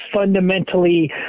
fundamentally